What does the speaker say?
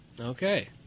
Okay